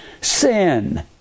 sin